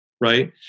right